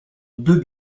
deux